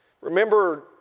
Remember